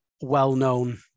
well-known